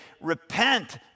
repent